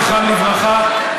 זכרם לברכה,